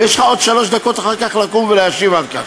ויש לך עוד שלוש דקות אחר כך לקום ולהשיב על כך.